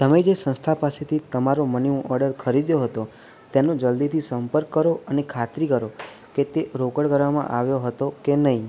તમે જે સંસ્થા પાસેથી તમારો મની ઓડર ખરીદ્યો હતો તેનો જલદીથી સંપર્ક કરો અને ખાતરી કરો કે તે રોકડ કરવામાં આવ્યો હતો કે નહીં